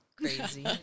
crazy